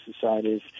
societies